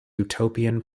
utopian